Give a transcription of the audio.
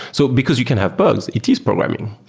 so because you can have bugs, it is programming.